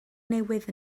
newydd